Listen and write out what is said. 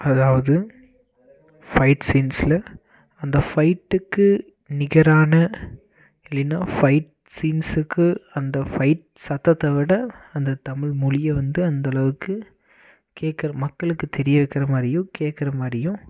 அதாவது ஃபைட் சீன்ஸில் அந்த ஃபைட்டுக்கு நிகரான இல்லைனா ஃபைட் சீன்ஸுக்கு அந்த ஃபைட் சத்தத்தை விட அந்த தமிழ்மொழியை வந்து அந்தளவுக்கு கேக்கிற மக்களுக்கு தெரிவிக்கிற மாதிரியும் கேக்கிற மாதிரியும்